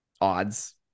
odds